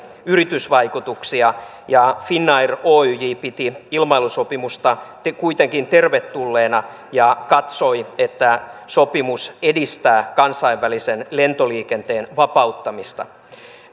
yritysvaikutuksia ja finnair oyj piti ilmailusopimusta kuitenkin tervetulleena ja katsoi että sopimus edistää kansainvälisen lentoliikenteen vapauttamista